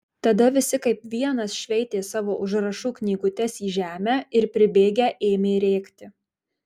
tada visi kaip vienas šveitė savo užrašų knygutes į žemę ir pribėgę ėmė rėkti